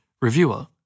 reviewer